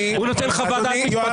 הוא נותן לך חוות דעת משפטית.